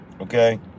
Okay